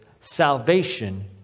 Salvation